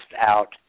out